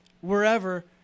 wherever